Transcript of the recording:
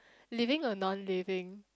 living or non living